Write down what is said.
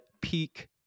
peak